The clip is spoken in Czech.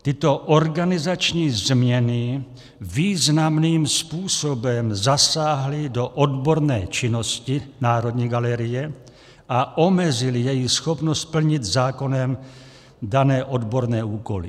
Tyto organizační změny významným způsobem zasáhly do odborné činnosti Národní galerie a omezily její schopnost plnit zákonem dané odborné úkoly.